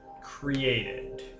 created